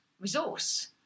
resource